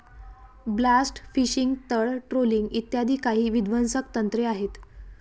blast fishing, तळ trawling इ काही विध्वंसक तंत्रे आहेत